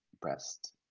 breast